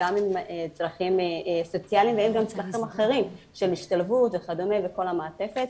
גם צרכים סוציאליים וגם צרכים אחרים של השתלבות וכדומה וכל המעטפת.